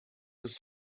was